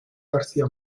garcía